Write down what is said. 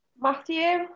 Matthew